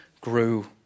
grew